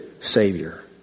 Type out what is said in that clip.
Savior